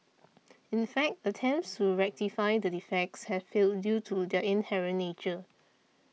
in fact attempts to rectify the defects have failed due to their inherent nature